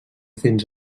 fins